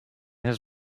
his